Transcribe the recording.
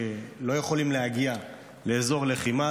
שלא יכולים להגיע לאזור לחימה,